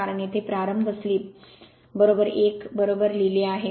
कारण येथे प्रारंभ स्लिप 1 हे बरोबर लिहिले आहे